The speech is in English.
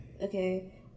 okay